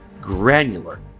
granular